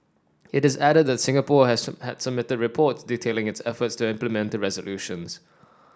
it added that Singapore had submitted reports detailing its efforts to implement the resolutions